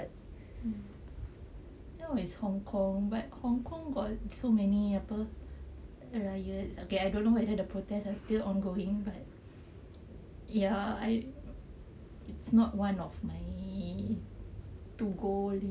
mm now is hong kong but hong kong got so many riots okay I don't know whether the protest are still ongoing but ya I it's not one of my to go list